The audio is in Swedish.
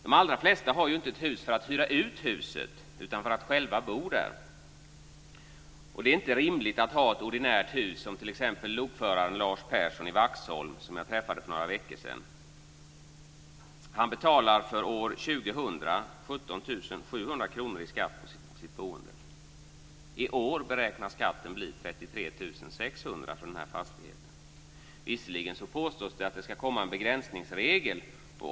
De allra flesta har ju inte ett hus för att hyra ut huset utan för att själva bo där. Det blir inte rimligt om man har ett ordinärt hus. Det gäller t.ex. lokföraren Lars Persson i Vaxholm, som jag träffade för några veckor sedan. Han betalar för år 2000 17 700 kr i skatt på sitt boende. I år beräknas skatten för fastigheten bli 33 600 kr. Det påstås att det ska komma en begränsningsregel.